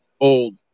old